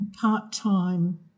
part-time